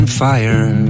fire